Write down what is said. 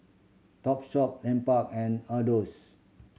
Topshop Lupark and Adore's